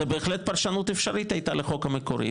זו בהחלט פרשנות אפשרית שהייתה לחוק המקורי,